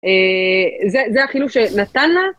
זה החילוש שנתן לה.